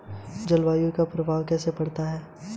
जलवायु का प्रभाव कैसे पड़ता है?